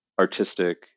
artistic